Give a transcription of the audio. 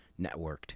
networked